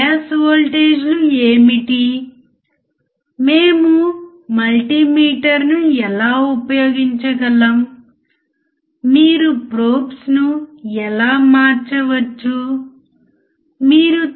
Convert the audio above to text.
ఈ voltage follower సరిగ్గా ఉపయోగించబడే అనువర్తనాన్ని నేను మీకు చెప్పాను